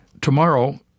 Tomorrow